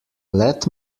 let